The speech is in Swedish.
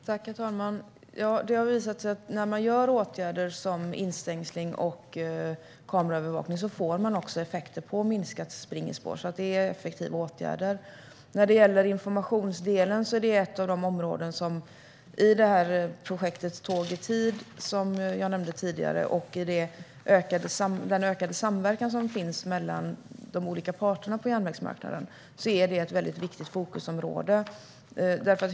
Herr talman! Det har visat sig att när man vidtar åtgärder som instängsling och kameraövervakning får man också effekter i form av minskat spring på spåren. Det är effektiva åtgärder. Informationsdelen är ett av områdena i projektet Tåg i tid, som jag nämnde tidigare. I den ökade samverkan som finns mellan de olika parterna på järnvägsmarknaden är det ett viktigt fokusområde.